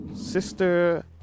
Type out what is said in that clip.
sister